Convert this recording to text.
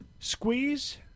Squeeze